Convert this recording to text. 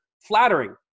flattering